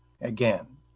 Again